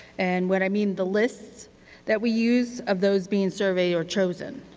and what i mean, the list that we use of those being surveyed or chosen.